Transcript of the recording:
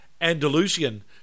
Andalusian